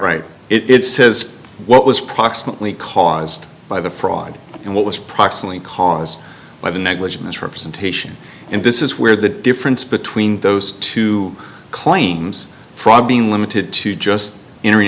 right it says what was proximately caused by the fraud and what was proximate cause by the negligent misrepresentation and this is where the difference between those two claims for being limited to just entering